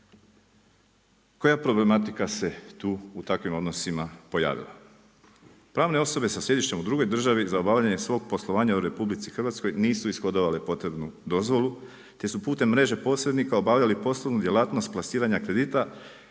Koja problematika se tu u takvim odnosima tu pojavila? Pravne osobe sa sjedištem u drugoj državi za obavljanje svoga poslovanja u RH nisu ishodovale potrebnu dozvolu te su putem mreže posrednika obavljale poslovnu djelatnost plasiranja kredita